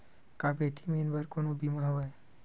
का बेटी मन बर कोनो बीमा हवय?